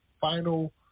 final